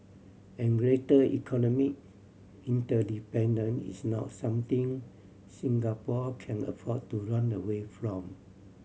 and greater economic interdependence is not something Singapore can afford to run away from